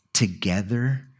Together